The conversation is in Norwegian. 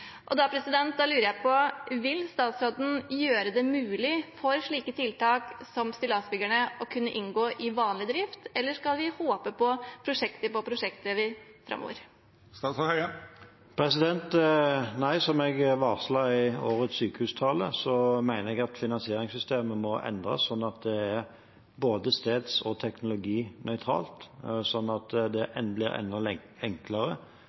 Da lurer jeg på: Vil statsråden gjøre det mulig for slike tiltak som Stillasbyggerne å kunne inngå i vanlig drift, eller skal vi håpe på midler fra prosjekt til prosjekt framover? Nei, som jeg varslet i årets sykehustale, mener jeg at finansieringssystemet må endres slik at det er både steds- og teknologinøytralt, slik at det blir enda enklere,